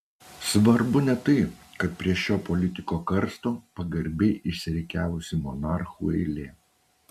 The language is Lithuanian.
svarbu ne tai kad prie šio politiko karsto pagarbiai išsirikiavusi monarchų eilė